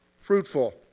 Fruitful